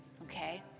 Okay